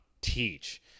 teach